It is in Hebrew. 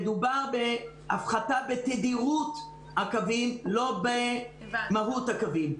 מדובר בהפחתה בתדירות הקווים ולא במהות הקווים.